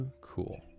cool